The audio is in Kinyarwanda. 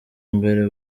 imbere